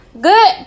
good